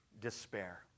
despair